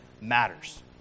matters